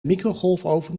microgolfoven